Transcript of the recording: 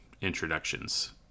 introductions